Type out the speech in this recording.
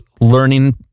learning